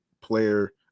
player